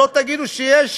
שלא תגידו שיש